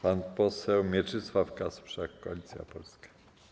Pan poseł Mieczysław Kasprzak, Koalicja Polska.